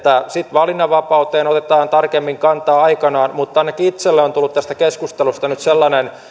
valinnanvapauteen otetaan tarkemmin kantaa sitten aikanaan mutta ainakin itselleni on tullut tästä keskustelusta nyt sellainen